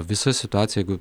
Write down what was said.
visa situacija jeigu